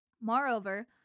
Moreover